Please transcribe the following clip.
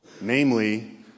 namely